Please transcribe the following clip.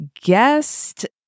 guest